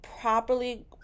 properly